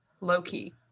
low-key